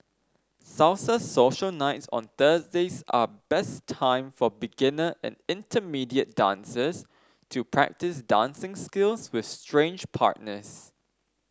salsa social nights on Thursdays are best time for beginner and intermediate dancers to practice dancing skills with strange partners